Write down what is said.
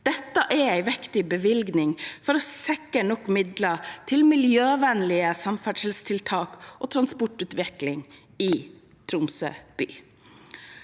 Dette er en viktig bevilgning for å sikre nok midler til miljøvennlige samferdselstiltak og transportutvikling i Tromsø by.